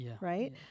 right